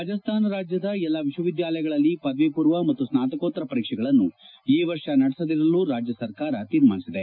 ರಾಜಸ್ತಾನ ರಾಜ್ಯದ ಎಲ್ಲಾ ವಿಶ್ವ ವಿದ್ಯಾಲಯಗಳಲ್ಲಿ ಪದವಿಪೂರ್ವ ಮತ್ತು ಸ್ನಾತಕೋತ್ತರ ಪರೀಕ್ಷೆಗಳನ್ನು ಈ ವರ್ಷ ನಡೆಸದಿರಲು ರಾಜ್ಯ ಸರ್ಕಾರ ತೀರ್ಮಾನಿಸಿದೆ